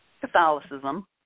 Catholicism